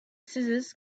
scissors